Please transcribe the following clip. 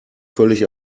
völlig